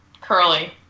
Curly